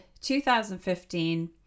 2015